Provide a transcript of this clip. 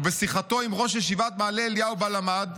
ובשיחתו עם ראש ישיבת מעלה אליהו שבה למד,